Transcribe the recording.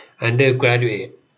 undergraduate